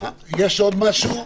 יש עוד משהו?